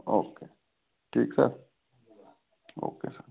okay ठीक sir okay sir